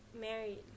married